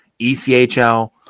ECHL